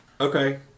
Okay